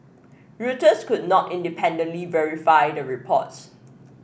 Reuters could not independently verify the reports